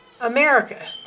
America